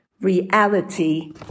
reality